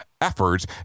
efforts